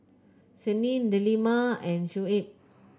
Senin Delima and Shuib